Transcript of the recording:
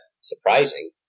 surprising